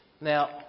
Now